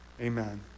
amen